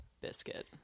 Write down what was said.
biscuit